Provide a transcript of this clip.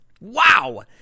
Wow